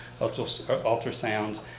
ultrasounds